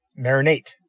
marinate